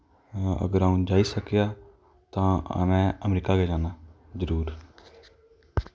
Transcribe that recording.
अगर आ'ऊं जाई सकेया तां में अमरीका गे जाना जरूर